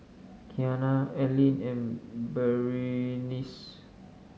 Kianna Aline and Berenice